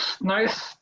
nice